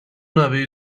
نوه